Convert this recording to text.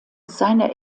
seine